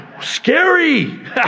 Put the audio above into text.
Scary